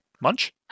munch